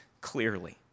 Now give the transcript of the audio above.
clearly